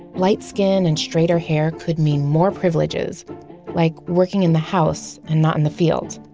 light-skin and straighter hair could mean more privileges like working in the house and not in the fields.